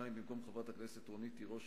במקום חברת הכנסת רונית תירוש,